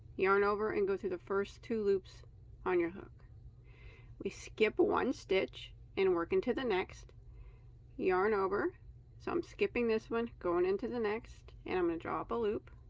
yarn over and go through the first two loops on your hook we skip one stitch and work into the next yarn over so i'm skipping this one going into the next and i'm gonna draw a but loop